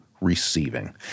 receiving